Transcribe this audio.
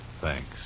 Thanks